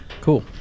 cool